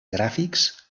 gràfics